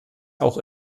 auch